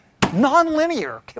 nonlinear